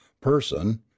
person